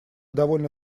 довольно